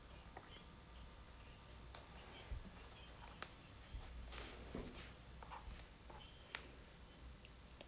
uh